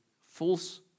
false